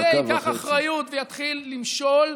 אם הבית הזה ייקח אחריות ויתחיל למשול,